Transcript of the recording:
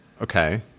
Okay